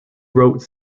wrote